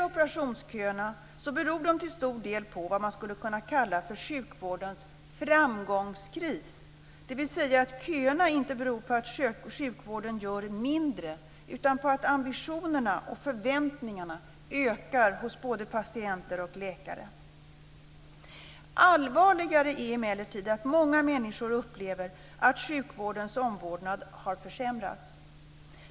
Operationsköerna beror till stor del på vad man skulle kunna kalla för sjukvårdens framgångskris, dvs. köerna beror inte på att man inom sjukvården gör mindre, utan på att ambitionerna och förväntningarna ökar hos både patienter och läkare. Allvarligare är emellertid att många människor upplever att sjukvårdens omvårdnad har försämrats.